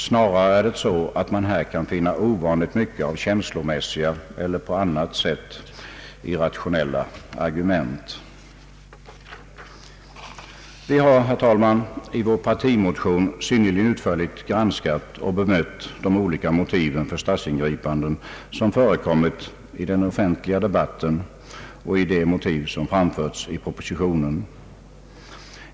Snarare är det så att man här kan finna ovanligt mycket av känslomässiga eller på annat sätt irrationella argument.» Vi har, herr talman, i vår partimotion synnerligen utförligt granskat och bemött de olika motiv för statsingripanden som förekommit i den offentliga debatten och de motiv som anförts i propositionen.